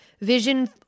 vision